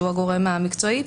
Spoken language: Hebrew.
שהוא הגורם המקצועי,